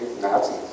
Nazis